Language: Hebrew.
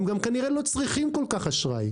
הם גם כנראה לא צריכים כל כך אשראי.